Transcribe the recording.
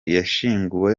yashyinguwe